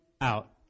out